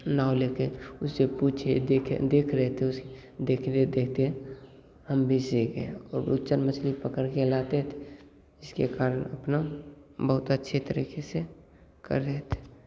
नाव लेके उससे पूछिए देखे देख रहे थे उसी देख रे देखती है हम भी सीखें हैं और रुच्चन मछली पकड़ के लाते थे जिसके कारण अपना बहुत अच्छे तरीके से कर रहे थे